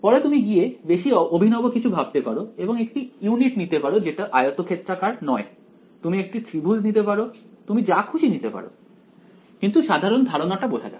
পরে তুমি গিয়ে বেশি অভিনব কিছু ভাবতে পারো এবং একটি ইউনিট নিতে পারো যেটা আয়তক্ষেত্রাকার নয় তুমি একটি ত্রিভুজ নিতে পারো তুমি যা খুশি নিতে পারো কিন্তু সাধারণ ধারণাটা বোঝা যাক